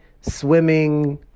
swimming